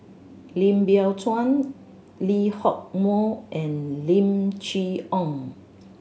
Lim Biow Chuan Lee Hock Moh and Lim Chee Onn